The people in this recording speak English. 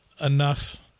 enough